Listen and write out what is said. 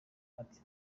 ati